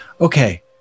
Okay